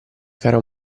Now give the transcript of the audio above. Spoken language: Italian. caro